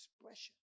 expression